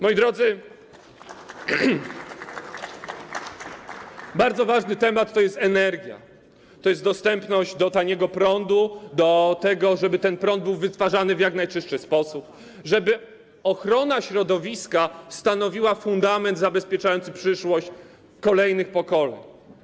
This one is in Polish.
Moi drodzy, bardzo ważny temat to jest energia, to jest dostęp do taniego prądu, do tego, żeby ten prąd był wytwarzany w jak najczystszy sposób, żeby ochrona środowiska stanowiła fundament zabezpieczający przyszłość kolejnych pokoleń.